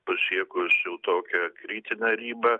pasiekusių tokią kritinę ribą